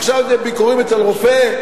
עכשיו זה בביקורים אצל רופא.